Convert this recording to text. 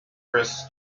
risks